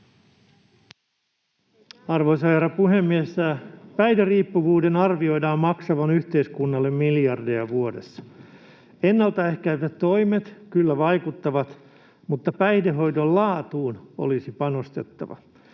Arvoisa herra puhemies! Päihderiippuvuuden arvioidaan maksavan yhteiskunnalle miljardeja vuodessa. Ennaltaehkäisevät toimet kyllä vaikuttavat, mutta päihdehoidon laatuun olisi panostettava.